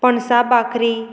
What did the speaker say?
पणसा भकरी